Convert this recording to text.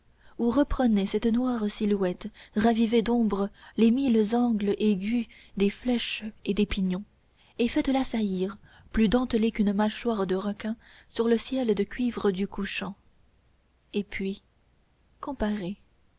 ou reprenez cette noire silhouette ravivez d'ombre les mille angles aigus des flèches et des pignons et faites-la saillir plus dentelée qu'une mâchoire de requin sur le ciel de cuivre du couchant et puis comparez